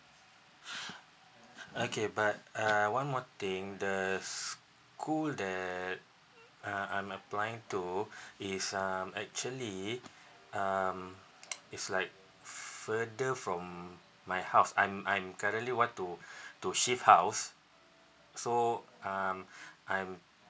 okay but uh one more thing the school that uh I'm applying to is um actually um it's like further from my house I'm I'm currently want to to shift house so um I'm